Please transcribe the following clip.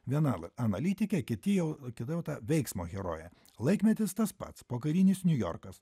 viena analitikė kiti jau kita jau ta veiksmo herojė laikmetis tas pats pokarinis niujorkas